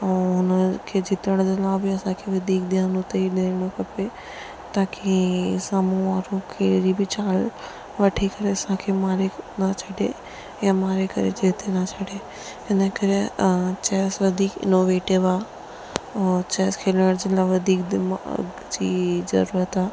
ऐं उन खे जीतण जे अलावा बि असांखे वधिकु ध्यानु उते ई ॾियणो खपे ताकी साम्हूं वारो कहिड़ी बि चाल वठी करे असांखे मारे न छॾे या मारे करे जीते न छॾे इन करे चेस वधीक इनोवेटिव आहे ऐं चेस खेॾण लाइ वधीक दिमाग़ जी ज़रूरत आहे